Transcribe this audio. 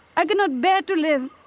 i cannot bear to live.